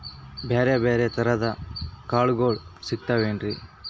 ಬ್ಯಾರೆ ಬ್ಯಾರೆ ತರದ್ ಕಾಳಗೊಳು ಸಿಗತಾವೇನ್ರಿ?